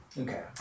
Okay